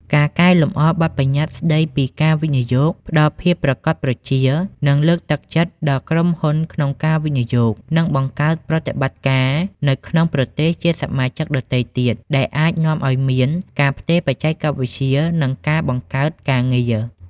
ការកែលម្អបទប្បញ្ញត្តិស្តីពីការវិនិយោគ ផ្តល់ភាពប្រាកដប្រជា និងលើកទឹកចិត្តដល់ក្រុមហ៊ុនក្នុងការវិនិយោគ និងបង្កើតប្រតិបត្តិការនៅក្នុងប្រទេសជាសមាជិកដទៃទៀត ដែលអាចនាំឲ្យមាន ការផ្ទេរបច្ចេកវិទ្យា និងការបង្កើតការងារ។